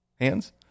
hands